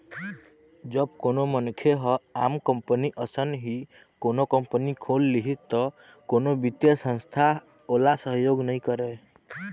जब कोनो मनखे ह आम कंपनी असन ही कोनो कंपनी खोल लिही त कोनो बित्तीय संस्था ओला सहयोग नइ करय